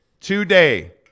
today